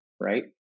Right